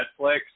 Netflix